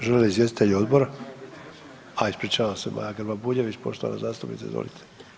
Žele li izvjestitelji Odbora …... [[Upadica se ne čuje.]] A ispričavam se, Maja Grba-Bujević, poštovana zastupnice, izvolite.